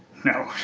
no.